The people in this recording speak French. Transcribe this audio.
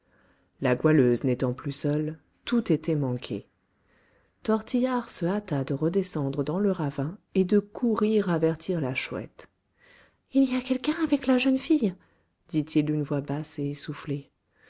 la goualeuse n'étant plus seule tout était manqué tortillard se hâta de redescendre dans le ravin et de courir avertir la chouette il y a quelqu'un avec la jeune fille dit-il d'une voix basse et essoufflée